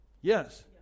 Yes